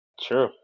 True